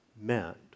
meant